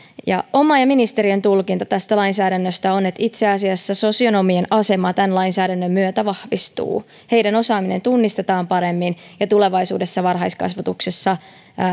oma ja ministeriön tulkinta tästä lainsäädännöstä on että itse asiassa sosionomien asema tämän lainsäädännön myötä vahvistuu heidän osaamisensa tunnistetaan paremmin ja tulevaisuudessa varhaiskasvatuksessa